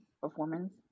performance